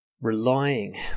relying